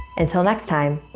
until next time,